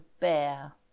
bear